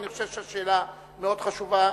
כי אני חושב שהשאלה מאוד חשובה.